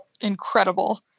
incredible